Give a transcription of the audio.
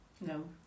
no